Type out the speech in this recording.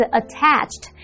attached